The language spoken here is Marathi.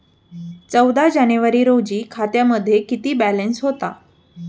चौदा जानेवारी रोजी खात्यामध्ये किती बॅलन्स होता?